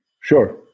Sure